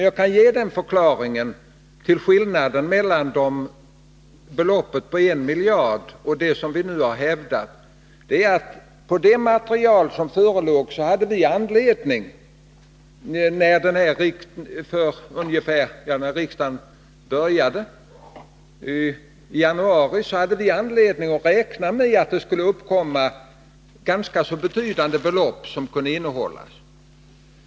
Jag kan ge den förklaringen till skillnaden mellan beloppet en miljard och det som vi nu har hävdat att på det material som förelåg i januari hade vi anledning att räkna med att det skulle uppkomma ganska betydande belopp som kunde innehållas.